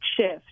shift